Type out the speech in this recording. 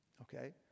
Okay